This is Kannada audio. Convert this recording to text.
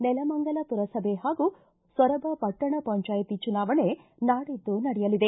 ನೆಲಮಂಗಲ ಪುರಸಭೆ ಹಾಗೂ ಸೊರಬ ಪಟ್ಟಣ ಪಂಚಾಯತಿ ಚುನಾವಣೆ ನಾಡಿದ್ದು ನಡೆಯಲಿದೆ